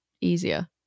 easier